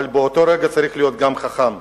אבל באותו רגע צריך להיות גם חכם.